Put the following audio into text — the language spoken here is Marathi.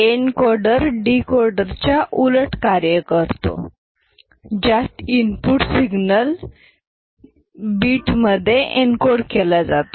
एन्कोडर डीकोडर च्या उलट कार्य करतो ज्यात इनपुट सिग्नल बीट मधे एनकोड केला जातो